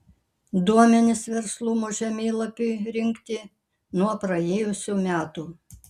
duomenys verslumo žemėlapiui rinkti nuo praėjusių metų